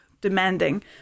demanding